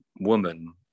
woman